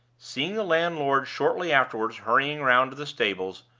seeing the landlord shortly afterward hurrying round to the stables,